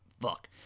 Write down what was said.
fuck